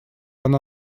она